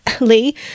Lee